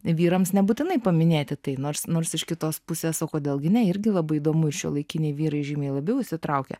vyrams nebūtinai paminėti tai nors nors iš kitos pusės o kodėl gi ne irgi labai įdomu ir šiuolaikiniai vyrai žymiai labiau įsitraukia